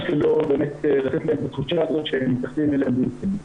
לא לתת להן את התחושה הזאת שמתייחסים אליהן בהתאם.